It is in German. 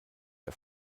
der